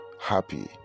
happy